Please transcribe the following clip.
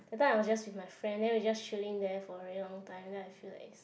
that time I was just with my friend then we just chilling there for a very long time then I feel like is